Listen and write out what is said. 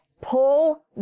Pull